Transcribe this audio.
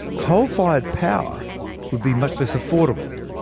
coal-fired power would be much less affordable.